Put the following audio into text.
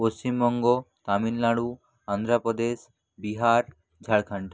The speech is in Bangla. পশ্চিমবঙ্গ তামিলনাড়ু অন্ধ্র প্রদেশ বিহার ঝাড়খণ্ড